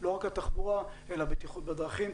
לא רק התחבורה אלא בטיחות בדרכים.